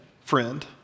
friend